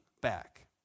back